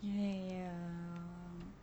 !haiya!